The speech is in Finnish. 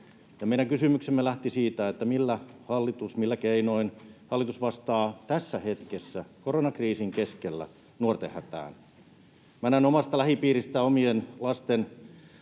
meidän kysymyksemme lähti siitä, millä keinoin hallitus vastaa tässä hetkessä, koronakriisin keskellä, nuorten hätään. Minä näen omasta lähipiiristäni omien lasten,